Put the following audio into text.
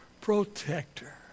protector